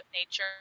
nature